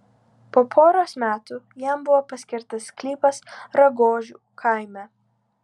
po poros metų jam buvo paskirtas sklypas ragožių kaime